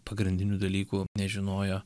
pagrindinių dalykų nežinojo